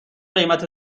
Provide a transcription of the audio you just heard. قیمت